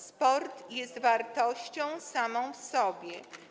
Sport jest wartością samą w sobie.